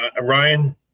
Ryan